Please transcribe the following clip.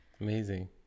amazing